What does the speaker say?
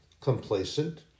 complacent